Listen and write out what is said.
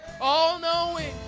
all-knowing